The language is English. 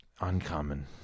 uncommon